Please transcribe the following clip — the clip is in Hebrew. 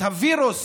בווירוס